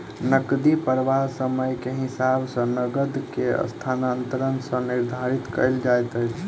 नकदी प्रवाह समय के हिसाब सॅ नकद के स्थानांतरण सॅ निर्धारित कयल जाइत अछि